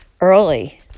early